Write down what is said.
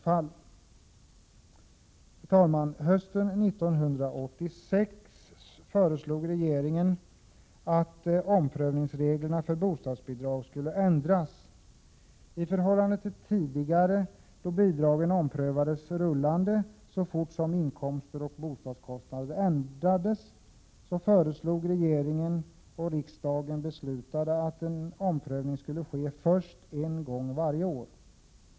Hösten 1986 föreslog regeringen att reglerna för omprövning av bostadsbidrag skulle ändras. I motsats till tidigare förhållanden då bidragen omprövades löpande så fort inkomster och bostadskostnader ändrades, föreslog regeringen, och riksdagen fattade beslut därom att en omprövning skulle ske en gång per år.